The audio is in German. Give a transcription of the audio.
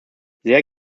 sehr